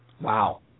Wow